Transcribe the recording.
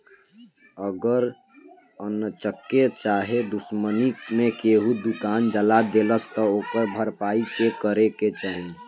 अगर अन्चक्के चाहे दुश्मनी मे केहू दुकान जला देलस त ओकर भरपाई के करे के चाही